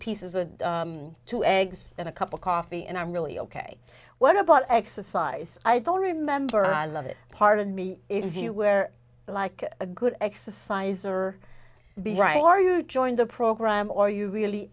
pieces and two eggs and a cup of coffee and i'm really ok what about exercise i don't remember i love it part of me if you where like a good exercise or be right or you joined the program or you really